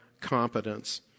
competence